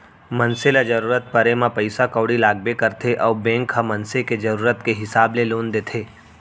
मनसे ल जरूरत परे म पइसा कउड़ी लागबे करथे अउ बेंक ह मनसे के जरूरत के हिसाब ले लोन देथे